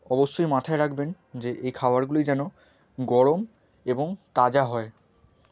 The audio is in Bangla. অবশ্যই মাথায় রাখবেন যে এই খাওয়ারগুলি যেন গরম এবং তাজা হয়